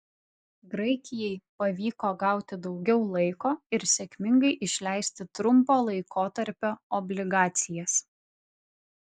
graikijai pavyko gauti daugiau laiko ir sėkmingai išleisti trumpo laikotarpio obligacijas